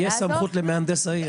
יש סמכות למהנדס העיר.